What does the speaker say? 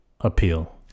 appeal